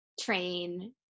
train